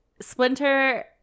Splinter